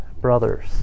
brothers